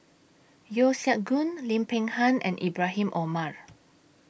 Yeo Siak Goon Lim Peng Han and Ibrahim Omar